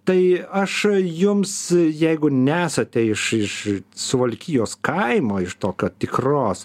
tai aš jums jeigu nesate iš iš suvalkijos kaimo iš tokio tikros